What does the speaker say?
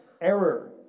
error